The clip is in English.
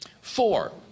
Four